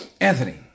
Anthony